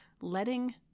letting